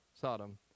sodom